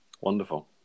wonderful